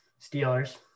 Steelers